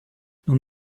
nun